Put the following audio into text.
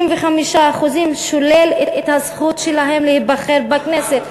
65% שולל את הזכות שלהם להיבחר בכנסת.